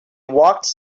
walked